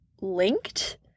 linked